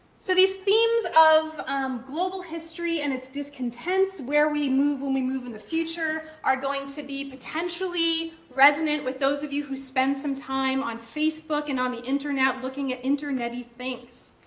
so these themes of global history and its discontents, where we move when we move in the future, are going to be potentially resonant with those of you who spend some time on facebook and on the internet looking at internet-y things.